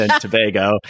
Tobago